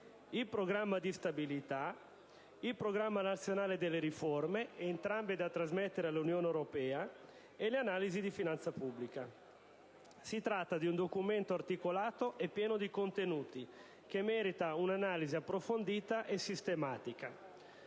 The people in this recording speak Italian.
il Programma di stabilità, il Programma nazionale di riforma (entrambi da trasmettere all'Unione europea) e le Analisi di Finanza pubblica. Si tratta di un documento articolato e pieno di contenuti, che merita un'analisi approfondita e sistematica.